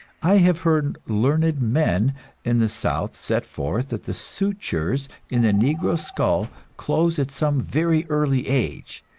i have heard learned men in the south set forth that the sutures in the negro skull close at some very early age,